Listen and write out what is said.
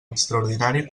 extraordinari